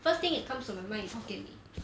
first thing that comes to my mind is hokkien mee